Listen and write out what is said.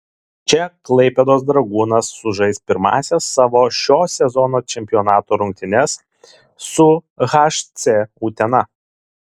čia klaipėdos dragūnas sužais pirmąsias savo šio sezono čempionato rungtynes su hc utena